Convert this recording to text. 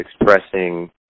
expressing